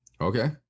Okay